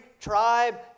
tribe